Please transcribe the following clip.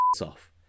off